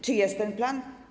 Czy jest ten plan?